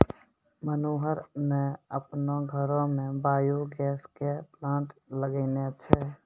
मनोहर न आपनो घरो मॅ बायो गैस के प्लांट लगैनॅ छै